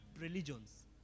religions